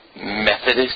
Methodist